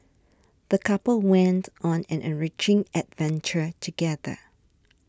the couple went on an enriching adventure together